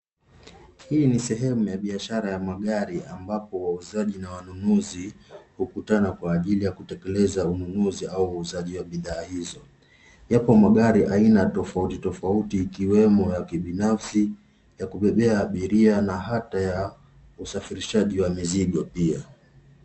Hii ni sehemu ya biashara magari ambapo wauuza na wanunuzi hukutana kwa ajili ya kutekeleza ununuzi au uuzaji wa bidhaa hizo. Yapo magari aina tofaiti tofauti ikwemo ya kibinasi, ya kubebea abiria na hata ya usafirishaji wa mizigo pia.